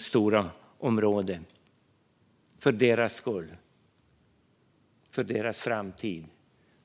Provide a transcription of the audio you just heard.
stora område - för deras skull och för deras framtid.